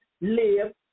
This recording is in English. live